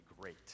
great